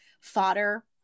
fodder